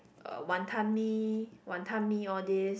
uh Wanton-Mee Wanton-Mee all this